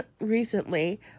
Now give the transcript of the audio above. recently